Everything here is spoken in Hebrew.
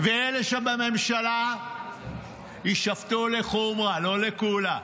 אלה שבממשלה יישפטו לחומרה, לא לקולה,